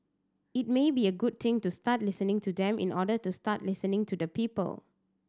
it may be a good thing to start listening to them in order to start listening to the people